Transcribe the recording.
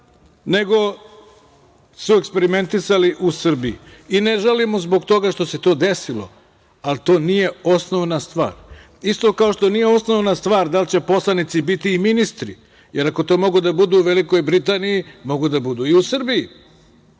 nego su eksperimentisali u Srbiji. Ne žalimo zbog toga što se to desilo, ali to nije osnovna stvar. Isto kao što nije osnovna stvar da li će poslanici biti i ministri, jer ako to mogu da budu u Velikoj Britaniji, mogu da budu i u Srbiji. Ovde